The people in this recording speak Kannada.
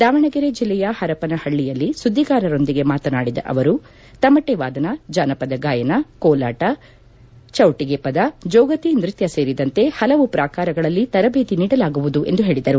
ದಾವಣಗೆರೆ ಜಿಲ್ಲೆಯ ಪರಪನಹಳ್ಳಿಯಲ್ಲಿ ಸುದ್ದಿಗಾರರೊಂದಿಗೆ ಮಾತನಾಡಿದ ಅವರು ತಮಟೆ ವಾದನ ಜಾನಪದ ಗಾಯನ ಕೋಲಾಟ ಚೌಟಿಗೆ ಪದ ಜೋಗತಿ ನೃತ್ಕ ಸೇರಿದಂತೆ ಪಲವು ಪ್ರಾಕಾರಗಳಲ್ಲಿ ತರಬೇತಿ ನೀಡಲಾಗುವುದು ಎಂದು ಹೇಳಿದರು